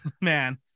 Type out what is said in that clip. man